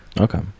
Okay